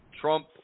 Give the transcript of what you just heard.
Trump